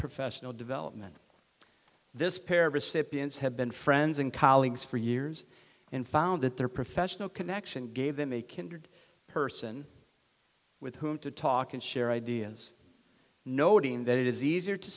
professional development this pair of recipients have been friends and colleagues for years and found that their professional connection gave them a kindred person with whom to talk and share ideas noting that it is easier to